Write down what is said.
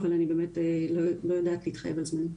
אבל אני באמת לא יודעת להתחייב על הזמנים.